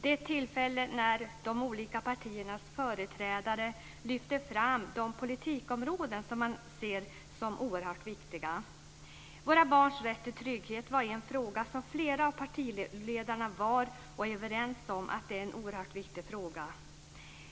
Det är ett tillfälle när de olika partiernas företrädare lyfter fram de politikområden som man ser som oerhört viktiga. Våra barns rätt till trygghet var en fråga som flera av partiledarna var och är överens om är viktig.